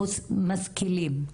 משכילים,